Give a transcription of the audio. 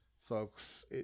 Folks